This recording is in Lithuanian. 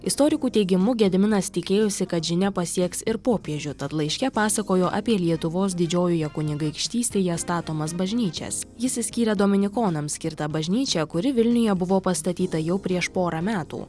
istorikų teigimu gediminas tikėjosi kad žinia pasieks ir popiežių tad laiške pasakojo apie lietuvos didžiojoje kunigaikštystėje statomas bažnyčias jis išskyrė dominikonams skirtą bažnyčią kuri vilniuje buvo pastatyta jau prieš porą metų